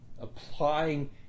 applying